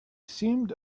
seemed